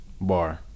Bar